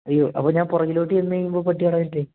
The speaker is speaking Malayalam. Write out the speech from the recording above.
അയ്യോ അപ്പോള് ഞാൻ പുറകിലേക്ക് ചെന്നുകഴിയുമ്പോള് പട്ടി അവിടെ വരില്ലേ